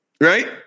Right